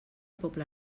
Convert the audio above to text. poble